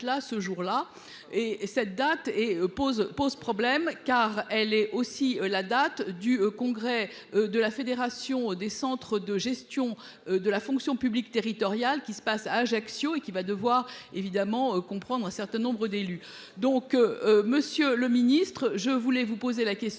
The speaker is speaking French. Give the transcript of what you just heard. et cette date et pose pose problème car elle est aussi la date du congrès de la fédération des centres de gestion de la fonction publique territoriale qui se passe à Ajaccio et qui va devoir évidemment comprendre un certain nombre d'élus. Donc Monsieur le Ministre, je voulais vous poser la question,